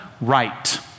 right